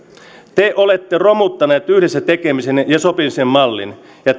te olette romuttaneet yhdessä tekemisen ja sopimisen mallin ja